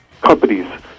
companies